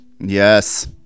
Yes